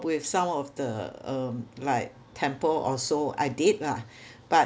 with some of the um like temple also I did lah but